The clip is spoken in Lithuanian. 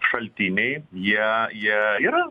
šaltiniai jie jie yra